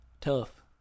Tough